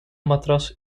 matras